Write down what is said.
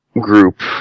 group